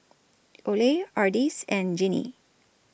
Ole Ardis and Jeannie